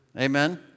Amen